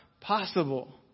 possible